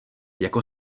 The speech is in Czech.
jako